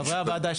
חברי הוועדה,